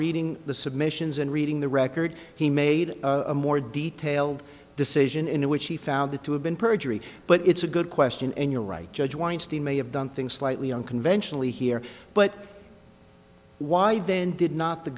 reading the submissions and reading the record he made a more detailed decision in which he found it to have been perjury but it's a good question and you're right judge weinstein may have done things slightly unconventionally here but why then did not the